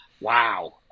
Wow